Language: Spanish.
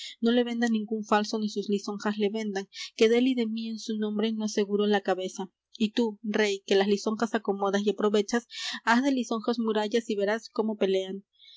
no le venda ningún falso ni sus lisonjas le vendan que dél y de mí en su nombre no aseguro la cabeza y tú rey que las lisonjas acomodas y aprovechas haz de lisonjas murallas y verás cómo pelean